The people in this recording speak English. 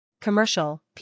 Commercial